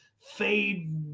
fade